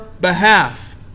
behalf